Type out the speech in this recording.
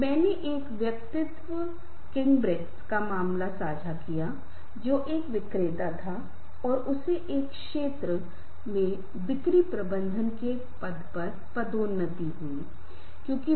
Kinesics का अर्थ है हाथों की गति हमारी शरीर की भाषा और हमारे हावभाव और मुद्राएं भी उपयुक्त होनी चाहिए